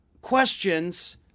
questions